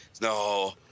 No